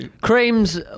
Creams